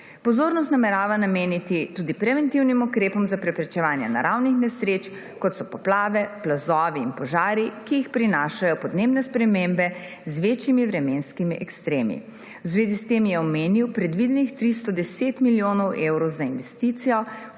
Pozornost namerava nameniti tudi preventivnim ukrepom za preprečevanje naravnih nesreč, kot so poplave, plazovi in požari, ki jih prinašajo podnebne spremembe z večjimi vremenskimi ekstremi. V zvezi s tem je omenil predvidenih 310 milijonov evrov za investicijo